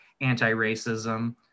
anti-racism